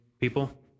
people